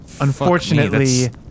Unfortunately